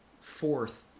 fourth